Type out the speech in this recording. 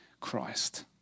Christ